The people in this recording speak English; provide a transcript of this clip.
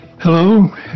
Hello